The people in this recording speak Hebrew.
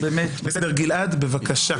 גלעד, בבקשה.